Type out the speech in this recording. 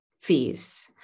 fees